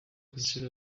kunshuro